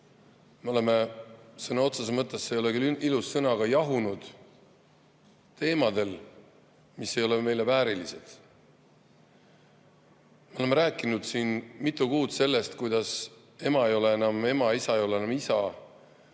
Me oleme sõna otseses mõttes, see ei ole küll ilus sõna, aga jahunud teemadel, mis ei ole meie väärilised. Me oleme rääkinud siin mitu kuud sellest, kuidas ema ei ole enam ema ja isa ei ole enam isa.